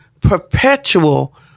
perpetual